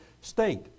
state